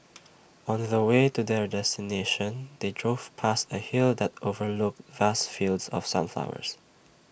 on the the way to their destination they drove past A hill that overlooked vast fields of sunflowers